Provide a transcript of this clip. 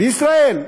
בישראל.